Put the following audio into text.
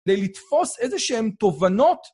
כדי לתפוס איזה שהם תובנות.